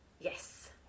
Yes